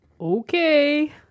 Okay